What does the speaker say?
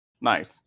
Nice